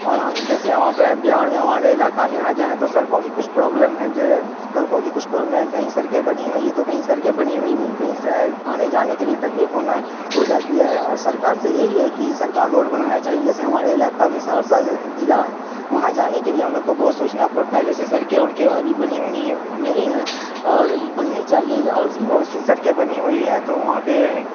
اور ہم جیسے ہم اپنے بہار میں ہمارے علاقہ میں آ جائیں تو سڑکوں کی کچھ پرابلم ہے جو سڑکوں کی کچھ پرابلم ہے کہیں سڑکیں بنی ہوئی ہے تو کہیں سڑکیں بنی ہوئی نہیں کہیں شہر آنے جانے کے لیے تکلیف ہونا ہو جاتی ہے اور سرکار سے یہی ہے کہ سرکار روڈ بنانا چاہیے جیسے ہمارے علاقہ میں سہرسہ جلع ہے وہاں جانے کے لیے ہم لوگ کو بہت سوچنا پڑتا ہے جیسے سڑکیں وڑکیں وہاں بھی بنی ونی نہیں ہیں اور بننی چاہیے اور بہت سی سڑکیں بنی ہوئی ہیں تو وہاں پہ